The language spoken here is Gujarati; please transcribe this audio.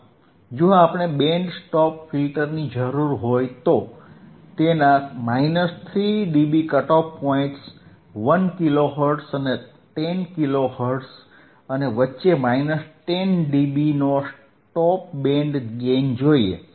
આમ જો આપણે બેન્ડ સ્ટોપ ફિલ્ટરની જરૂર હોય તો તેના 3 dB cut off points 1 kilohertz અને 10 કિલોહર્ટ્ઝ અને વચ્ચે 10 ડીબીનો સ્ટોપ બેન્ડ ગેઇન જોઈએ